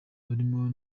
barimo